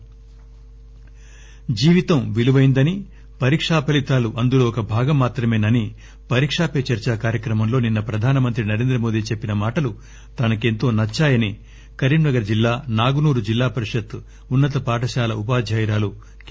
editor Pariksha Pe Charcha జీవితం విలుపైందని పరీకా ఫలితాలు అందులో ఒక భాగం మాత్రమేనని పరీకా పే చర్చా కార్యక్రమంలో నిన్న ప్రధానమంత్రి నరేంద్రమోది చెప్పిన మాటలు తనకెంతో నచ్చాయని కరీంనగర్ జిల్లా నాగునూర్ జిల్లా పరిషత్ ఉన్నత పాఠశాల ఉపాధ్యాయురాలు కె